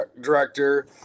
director